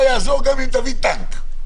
לא יעזור גם אם תביא טנק,